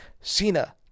Cena